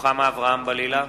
רוחמה אברהם-בלילא,